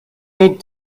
need